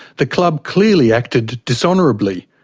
the club clearly acted dishonourably,